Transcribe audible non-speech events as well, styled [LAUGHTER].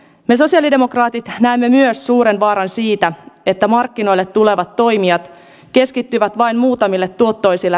me sosialidemokraatit näemme myös suuren vaaran siitä että markkinoille tulevat toimijat keskittyvät vain muutamiin tuottoisiin [UNINTELLIGIBLE]